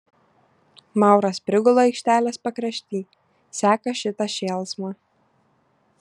mauras prigula aikštelės pakrašty seka šitą šėlsmą